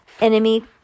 enemy